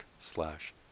slash